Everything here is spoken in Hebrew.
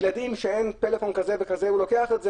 ילד לוקח את זה,